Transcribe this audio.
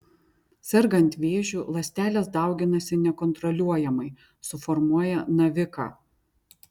sergant vėžiu ląstelės dauginasi nekontroliuojamai suformuoja naviką